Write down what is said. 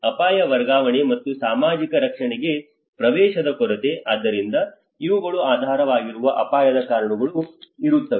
ಅಪಾಯ ವರ್ಗಾವಣೆ ಮತ್ತು ಸಾಮಾಜಿಕ ರಕ್ಷಣೆಗೆ ಪ್ರವೇಶದ ಕೊರತೆ ಆದ್ದರಿಂದ ಇವುಗಳು ಆಧಾರವಾಗಿರುವ ಅಪಾಯದ ಕಾರಣಗಳು ಇರುತ್ತವೆ